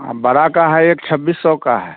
आ बड़ा का है एक छब्बीस सौ का है